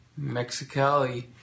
Mexicali